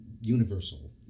universal